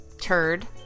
turd